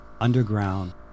underground